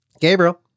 Gabriel